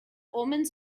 omens